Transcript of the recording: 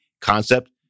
concept